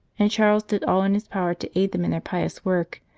and charles did all in his power to aid them in their pious work,